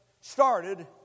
started